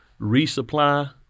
resupply